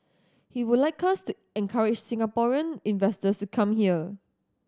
he would like us to encourage Singaporean investors to come here